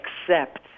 accept